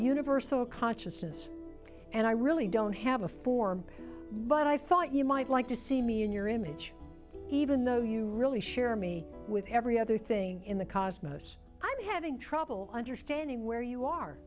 universal consciousness and i really don't have a form but i thought you might like to see me in your image even though you really share me with every other thing in the cosmos i'm having trouble understanding where you are